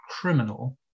criminal